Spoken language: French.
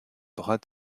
bras